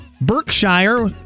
Berkshire